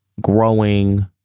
growing